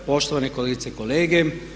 Poštovane kolegice i kolege.